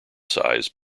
size